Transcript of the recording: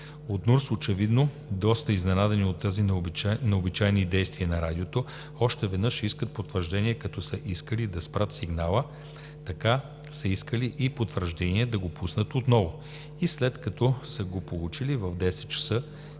От НУРТС, очевидно доста изненадани от тези необичайни действия на Радиото, още веднъж искат потвърждение – както са искали да спрат сигнала, така са искали и потвърждение да го пуснат отново, и след като са го получили, в 10,24